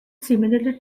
similarly